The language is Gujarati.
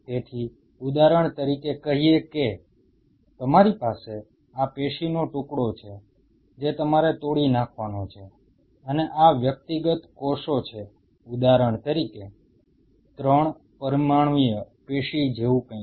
તેથી ઉદાહરણ તરીકે કહીએ કે તમારી પાસે આ પેશીનો ટુકડો છે જે તમારે તોડી નાખવાનો છે અને આ વ્યક્તિગત કોષો છે ઉદાહરણ તરીકે 3 પરિમાણીય પેશી જેવું કંઈક